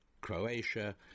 Croatia